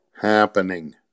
happening